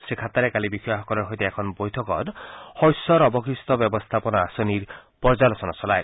শ্ৰীখাটাৰে কালি বিষয়াসকলৰ সৈতে এখন বৈঠকত শস্যৰ অৱশিষ্ট ব্যৱস্থাপনা আঁচনিৰ পৰ্যালোচনা চলায়